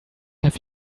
have